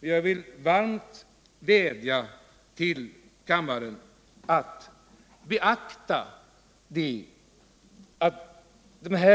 Men jag vill varmt vädja till kammaren att beakta den